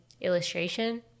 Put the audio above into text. illustration